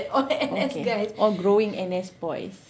okay all growing N_S boys